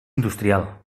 industrial